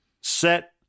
set